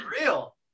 real